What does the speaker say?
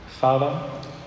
Father